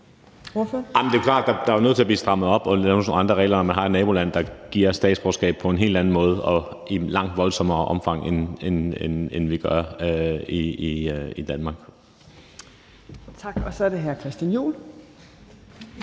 Det er jo klart, at man er nødt til at stramme op og lave nogle andre regler, når man har et naboland, der giver statsborgerskab på en helt anden måde og i et langt voldsommere omfang, end vi gør i Danmark. Kl. 17:30 Tredje næstformand